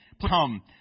Come